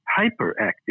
hyperactive